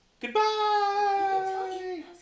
Goodbye